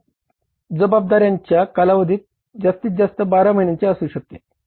या जबाबदार्यांचा कालावधी जास्तीत जास्त 12 महिन्यांचा असू शकतो